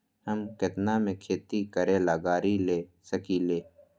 हम केतना में खेती करेला गाड़ी ले सकींले?